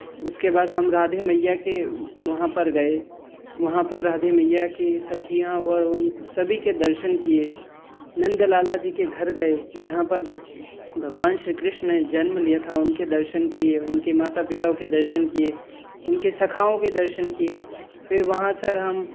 उसके बाद हम राधे मईया के वहाँ पर गए वहाँ पर राधे मईया की सखियाँ व उन सभी के दर्शन किए नंदलाला जी के घर गए जहाँ पर भक भगवान श्री कृष्ण जन्म लिया था उनके दर्शन किए उनके माता पिताओं के दर्शन किए उनके सखाओं के दर्शन किए फ़िर वहाँ सर हम